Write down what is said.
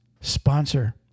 sponsor